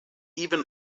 even